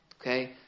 Okay